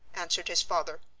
answered his father.